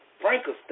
Frankenstein